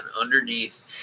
underneath